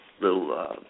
little